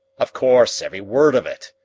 of course, every word of it,